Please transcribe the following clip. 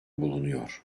bulunuyor